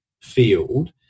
field